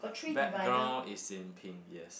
background is in pink yes